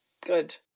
Good